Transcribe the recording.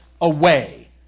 away